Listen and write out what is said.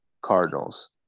Cardinals